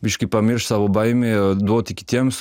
biškį pamirš savo baimė duoti kitiems